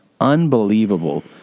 unbelievable